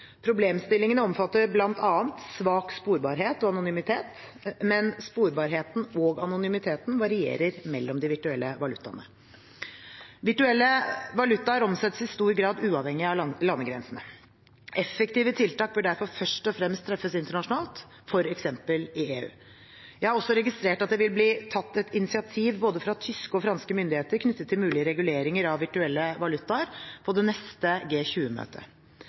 Problemstillingene omfatter bl.a. svak sporbarhet og anonymitet, men sporbarheten og anonymiteten varierer mellom de virtuelle valutaene. Virtuelle valutaer omsettes i stor grad uavhengig av landegrensene. Effektive tiltak bør derfor først og fremst treffes internasjonalt, f.eks. i EU. Jeg har også registrert at det vil bli tatt et initiativ både fra tyske og franske myndigheter knyttet til mulige reguleringer av virtuelle valutaer på det neste